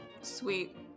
Sweet